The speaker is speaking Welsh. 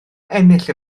ennill